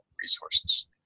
resources